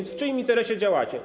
czyim interesie działacie?